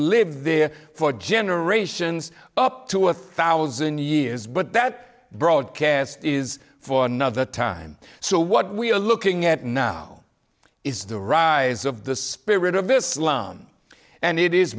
live there for generations up to a thousand years but that broadcast is for another time so what we're looking at now is the rise of the spirit of islam and it is